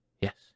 Yes